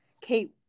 Kate